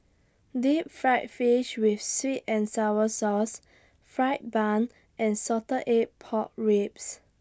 Deep Fried Fish with Sweet and Sour Sauce Fried Bun and Salted Egg Pork Ribs